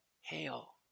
Hail